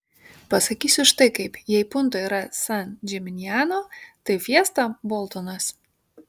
pasakysiu štai kaip jei punto yra san džiminjano tai fiesta boltonas